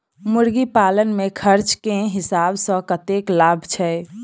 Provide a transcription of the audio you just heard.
मुर्गी पालन मे खर्च केँ हिसाब सऽ कतेक लाभ छैय?